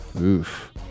Oof